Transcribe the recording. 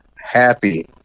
happy